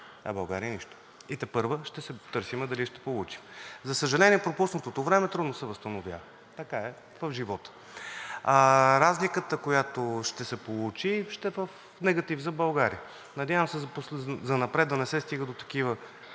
а България нищо. Тепърва ще търсим дали ще получим. За съжаление, пропуснатото време трудно се възстановява. Така е в живота. Разликата, която ще се получи, ще е в негатив за България. Надявам се, занапред да не се стига до такива